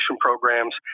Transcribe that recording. programs